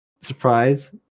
surprise